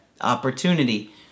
opportunity